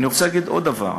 אני רוצה להגיד עוד דבר.